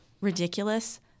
ridiculous